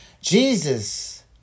Jesus